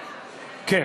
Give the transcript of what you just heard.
כן.